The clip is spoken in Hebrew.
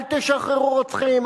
אל תשחררו רוצחים,